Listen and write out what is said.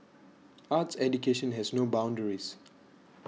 arts education has no boundaries